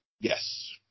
Yes